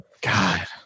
God